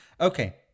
Okay